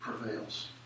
prevails